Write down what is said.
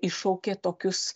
iššaukė tokius